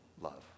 love